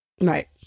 Right